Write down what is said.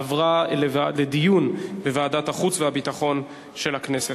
עברה לדיון בוועדת החוץ והביטחון של הכנסת.